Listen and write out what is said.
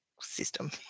system